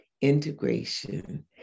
integration